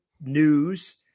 news